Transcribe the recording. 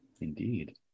indeed